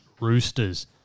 Roosters